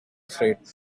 afraid